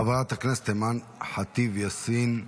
חברת הכנסת אימאן ח'טיב יאסין,